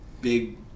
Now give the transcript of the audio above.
big